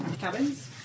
Cabins